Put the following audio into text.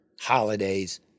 holidays